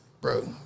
bro